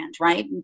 right